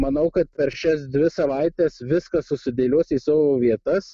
manau kad per šias dvi savaites viskas susidėlios į savo vietas